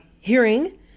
hearing